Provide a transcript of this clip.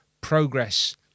progress